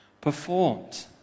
performed